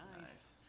Nice